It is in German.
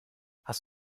hast